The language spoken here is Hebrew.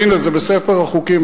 והנה זה בספר החוקים,